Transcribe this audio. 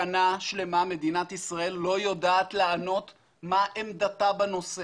שנה שלמה מדינת ישראל לא יודעת לענות מה עמדתה בנושא.